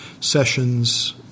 sessions